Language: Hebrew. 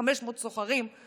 500 סוחרים.